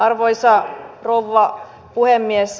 arvoisa rouva puhemies